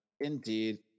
Indeed